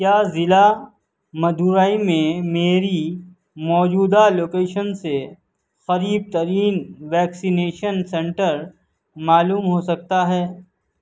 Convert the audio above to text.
کیا ضلع مدورائی میں میری موجودہ لوکیشن سے قریب ترین ویکسینیشن سینٹر معلوم ہو سکتا ہے